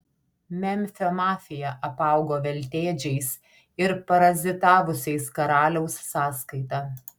memfio mafija apaugo veltėdžiais ir parazitavusiais karaliaus sąskaita